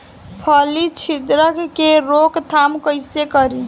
फली छिद्रक के रोकथाम कईसे करी?